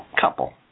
couple